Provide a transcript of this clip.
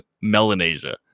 Melanesia